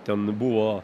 ten buvo